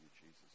Jesus